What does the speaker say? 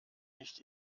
nicht